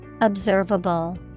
Observable